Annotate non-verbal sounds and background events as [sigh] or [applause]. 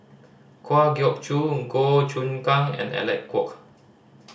Kwa Geok Choo Goh Choon Kang and Alec Kuok [noise]